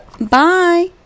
Bye